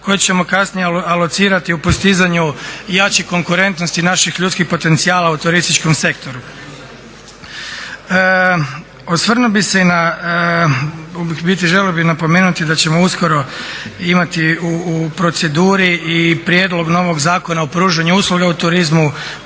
koje ćemo kasnije alocirati u postizanju jače konkurentnosti naših ljudskih potencijala u turističkom sektoru. Osvrnuo bih se i na, u biti želio bih napomenuti da ćemo uskoro imati u proceduri i prijedlog novog Zakona o pružanju usluga u turizmu